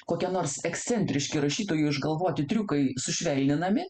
kokie nors ekscentriški rašytojų išgalvoti triukai sušvelninami